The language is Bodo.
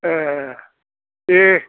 ए दे